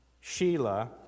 Sheila